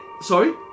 Sorry